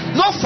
no